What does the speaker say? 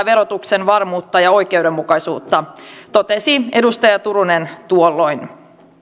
verotuksen varmuutta ja oikeudenmukaisuutta totesi edustaja turunen tuolloin